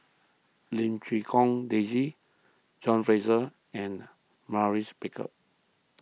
Lim Quee Hong Daisy John Fraser and Maurice Baker